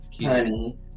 honey